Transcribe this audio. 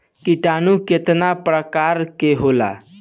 किटानु केतना प्रकार के होला?